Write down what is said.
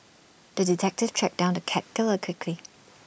the detective tracked down the cat killer quickly